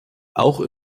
auch